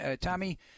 Tommy